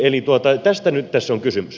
eli tästä nyt tässä on kysymys